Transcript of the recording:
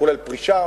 כולל פרישה,